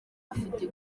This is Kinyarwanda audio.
afite